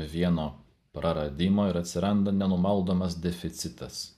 vieno praradimo ir atsiranda nenumaldomas deficitas